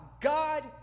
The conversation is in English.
God